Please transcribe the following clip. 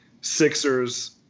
Sixers